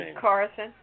Carson